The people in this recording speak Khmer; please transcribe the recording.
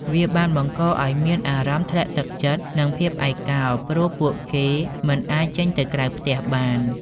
វាបានបង្កឱ្យមានអារម្មណ៍ធ្លាក់ទឹកចិត្ត និងភាពឯកោ ព្រោះពួកគេមិនអាចចេញទៅក្រៅផ្ទះបាន។